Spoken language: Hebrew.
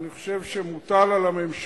ואני חושב שמוטל על הממשלה,